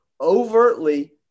overtly